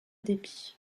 dépit